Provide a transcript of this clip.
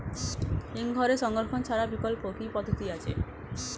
হিমঘরে সংরক্ষণ ছাড়া বিকল্প কি পদ্ধতি আছে?